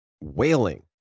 wailing